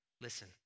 Listen